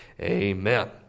Amen